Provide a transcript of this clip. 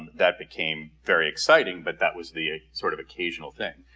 that became very exciting. but that was the sort of occasional thing.